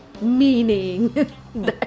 meaning